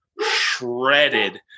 shredded